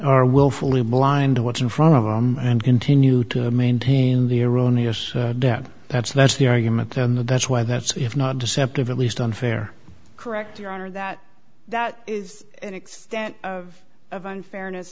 are willfully blind to what's in front of them and continue to maintain the erroneous yeah that's that's the argument and that's why that's so if not deceptive at least unfair correct your honor that that is an extent of of unfairness